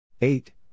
eight